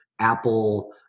Apple